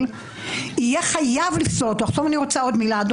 בואו נדבר עליהם.